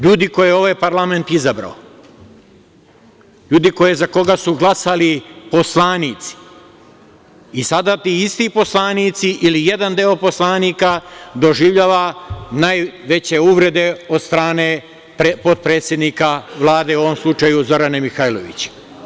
LJudi koje je ovaj parlament izabrao, ljudi za koje su glasali poslanici i sada ti isti poslanici ili jedan deo poslanika doživljava najveće uvrede od strane potpredsednika Vlade, u ovom slučaju Zorane Mihajlović.